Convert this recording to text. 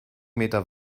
meter